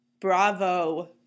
Bravo